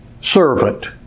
servant